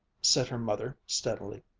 said her mother steadily.